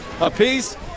apiece